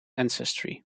ancestry